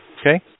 Okay